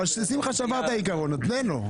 אבל שמחה שבר את העיקרון, אז תן לו.